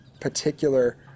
particular